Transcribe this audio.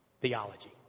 Theology